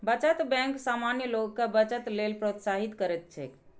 बचत बैंक सामान्य लोग कें बचत लेल प्रोत्साहित करैत छैक